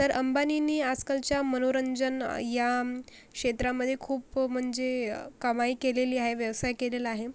तर अंबानींनी आजकालच्या मनोरंजन या क्षेत्रामध्ये खूप म्हणजे कमाई केलेली आहे व्यवसाय केलेला आहे